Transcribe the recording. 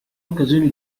occasioni